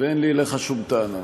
ואין לי אליך שום טענה,